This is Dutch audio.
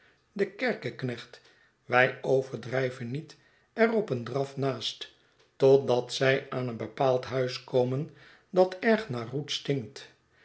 de kerkeknecht wij overdrijven niet er op een draf naast totdat zij aan een bepaald huis komen dat erg naar